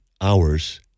hours